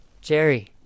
Jerry